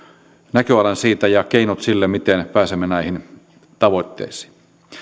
näköalan siitä ja keinot sille miten pääsemme näihin tavoitteisiin